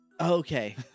Okay